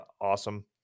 awesome